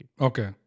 Okay